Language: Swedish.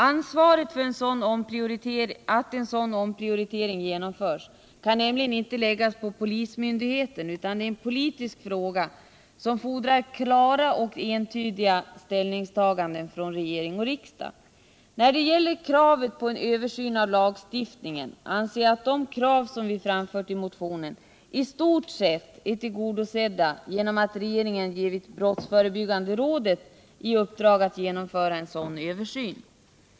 Ansvaret för att en sådan omprioritering genomförs kan nämligen inte läggas på polismyndigheten, utan det är en politisk fråga som fordrar klara och entydiga ställningstaganden från regering och riksdag. De krav på en översyn av lagstiftningen som vi framfört i motionen anser jag i stort sett tillgodosedda genom att regeringen givit brottsförebyggande rådet i uppdrag att genomföra en sådan.